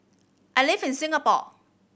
I live in Singapore